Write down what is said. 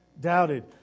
Doubted